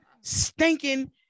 stinking